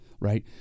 right